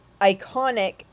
iconic